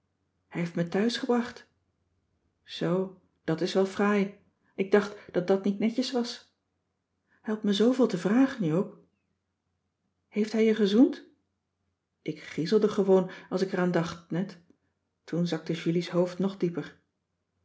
hij heeft me thuis gebracht zoo dat is wel fraai ik dacht dat dat niet netjes was hij had me zooveel te vragen joop heeft hij je gezoend ik griezelde gewoon als ik er aan dacht net toen zakte julie's hoofd nog dieper